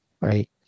right